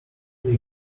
they